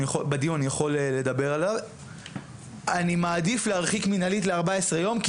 אני מעדיף להרחיק מינהלית לארבע עשר יום כי